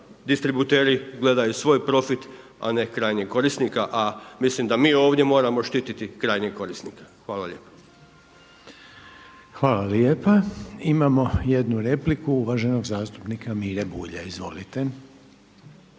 distributeri gledaju svoj profit, a ne krajnjeg korisnika, a mislim da mi ovdje moramo štiti krajnjeg korisnika. Hvala lijepo. **Reiner, Željko (HDZ)** Hvala lijepa. Imamo jednu repliku uvaženog zastupnika Mire Bulja. Izvolite.